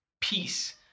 peace